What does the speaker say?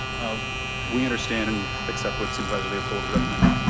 we understand and accept what supervisor leopold is recommending.